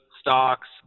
stocks